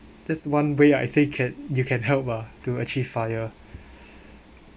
this one way I think can you can help ah to achieve FIRE